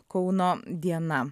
kauno diena